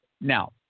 Now